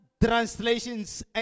translations